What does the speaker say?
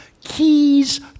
keys